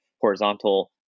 horizontal